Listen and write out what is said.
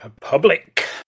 Public